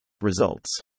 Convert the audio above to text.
Results